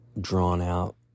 drawn-out